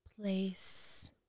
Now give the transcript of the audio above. place